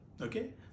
Okay